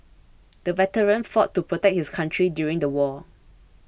the veteran fought to protect his country during the war